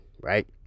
right